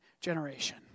generation